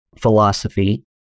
philosophy